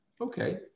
okay